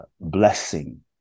blessing